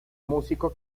músico